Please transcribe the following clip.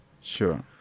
sure